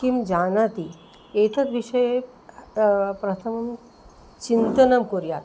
किं जानाति एतद्विषये प्रथमं चिन्तनं कुर्यात्